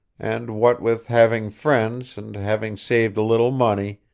and what with having friends and having saved a little money,